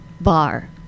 bar